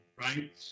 right